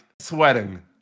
sweating